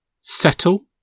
settle